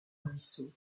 ruisseau